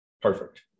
Perfect